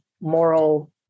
moral